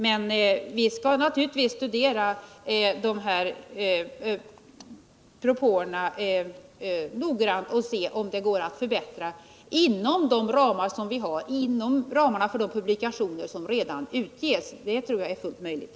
Men vi skall naturligtvis studera de här propåerna noggrant och se om det går att förbättra informationen inom ramarna för de publikationer som redan utges. Det tror jag är fullt möjligt.